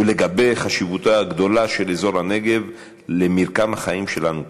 ועל חשיבותו הגדולה של אזור הנגב למרקם החיים שלנו כאן.